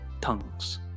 tongues